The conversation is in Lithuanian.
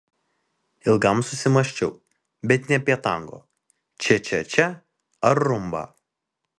ilgam susimąsčiau bet ne apie tango čia čia čia ar rumbą